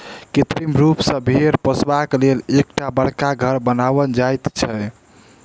कृत्रिम रूप सॅ भेंड़ पोसबाक लेल एकटा बड़का घर बनाओल जाइत छै